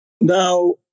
Now